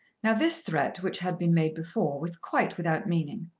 now this threat, which had been made before, was quite without meaning.